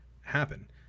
happen